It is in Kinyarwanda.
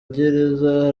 gereza